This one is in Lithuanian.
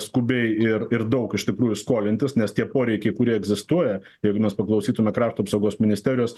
skubiai ir ir daug iš tikrųjų skolintis nes tie poreikiai kurie egzistuoja jeigu mes paklausytume krašto apsaugos ministerijos